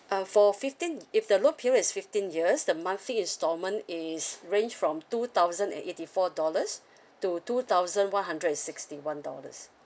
uh for fifteen if the loan period is fifteen years the monthly installment is ranged from two thousand and eighty four dollars to two thousand one hundred and sixty one dollars